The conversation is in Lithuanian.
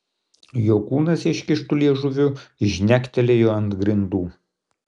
jo kūnas iškištu liežuviu žnektelėjo ant grindų